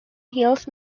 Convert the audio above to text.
hills